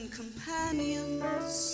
companions